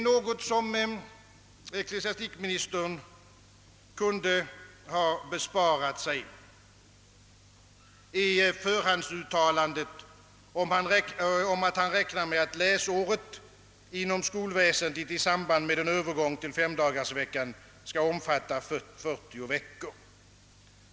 Något som ecklesiastikministern kunde ha besparat sig är förhandsuttalandet om att han räknar med att läsåret i samband med en övergång till femdagarsvecka inom skolväsendet skall omfatta 40 veckor.